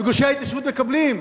בגושי ההתיישבות מקבלים?